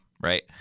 right